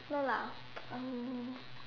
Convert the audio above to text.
no lah um